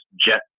jet